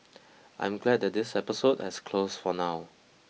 I am glad that this episode has closed for now